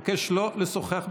אני מבקש לא לשוחח בטלפון.